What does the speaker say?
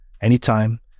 anytime